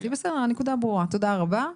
בסדר, הנקודה ברורה, תודה רבה.